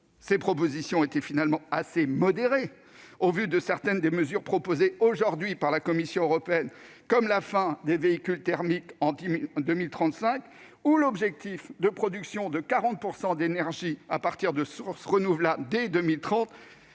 propositions étaient assez modérées au regard de certaines des mesures proposées aujourd'hui par la Commission européenne, comme la fin des véhicules thermiques en 2035 ou l'objectif de production de 40 % d'énergie dès 2030 à partir de sources renouvelables,